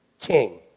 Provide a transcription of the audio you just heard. king